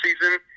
season